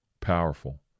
Powerful